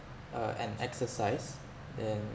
uh an exercise in